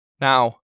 Now